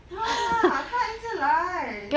他他一直来